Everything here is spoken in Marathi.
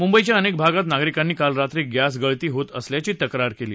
मुंबईच्या अनेक भागात नागरिकांनी काल रात्री गस्तीगळती होत असल्याची तक्रार केली